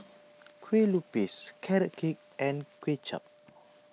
Kueh Lupis Carrot Cake and Kuay Chap